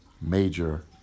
major